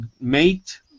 Mate